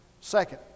Second